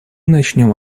начнем